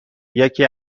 یکی